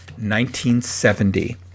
1970